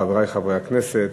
חברי חברי הכנסת,